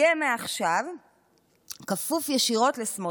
יהיה מעכשיו כפוף ישירות לסמוטריץ',